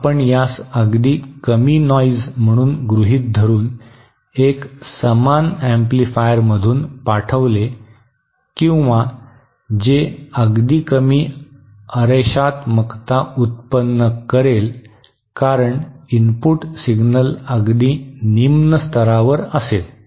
आपण यास अगदी कमी नॉईज म्हणून गृहीत धरुन एक समान अॅम्प्लिफायरमधून पाठवले किंवा जे अगदी कमी अरेषात्मकता उत्पन्न करेल कारण इनपुट सिग्नल अगदी निम्न स्तरावर असेल